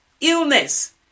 Illness